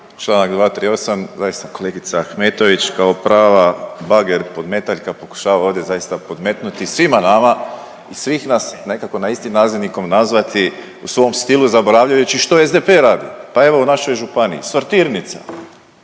Članak 238., zaista kolegica Ahmetović kao prava bager podmetaljka pokušava ovdje zaista podmetnuti svima nama i svih nas nekako na isti nazivnikom nazvati u svom stilu zaboravljajući što SDP radi. Pa evo u našoj županiji sortirnica,